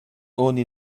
oni